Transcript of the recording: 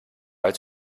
als